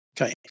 Okay